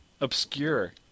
Obscure